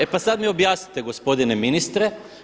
E pa sada mi objasnite gospodine ministre.